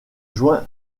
joint